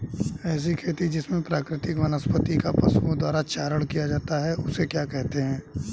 ऐसी खेती जिसमें प्राकृतिक वनस्पति का पशुओं द्वारा चारण किया जाता है उसे क्या कहते हैं?